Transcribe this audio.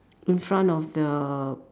in front of the